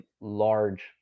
large